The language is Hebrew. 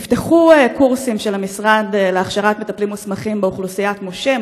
נפתחו קורסים של המשרד להכשרת מטפלים מוסמכים באוכלוסיית מש"ה,